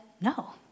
no